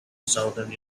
southern